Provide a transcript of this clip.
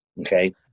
Okay